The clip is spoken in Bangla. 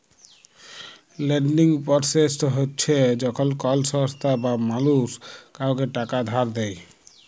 লেন্ডিং পরসেসট হছে যখল কল সংস্থা বা মালুস কাউকে টাকা ধার দেঁই